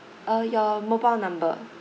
uh your mobile number